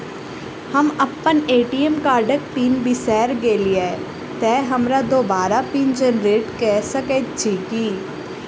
हम अप्पन ए.टी.एम कार्डक पिन बिसैर गेलियै तऽ हमरा दोबारा पिन जेनरेट कऽ सकैत छी की?